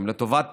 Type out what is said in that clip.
הן לטובת